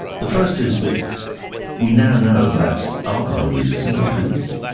the first is that we now know that alcohol releases endorphins,